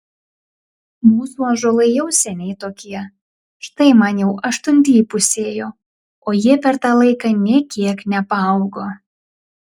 mūsų ąžuolai jau seniai tokie štai man jau aštunti įpusėjo o jie per tą laiką nė kiek nepaaugo